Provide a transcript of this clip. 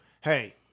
hey